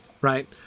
right